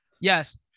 Yes